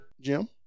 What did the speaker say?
Jim